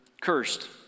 cursed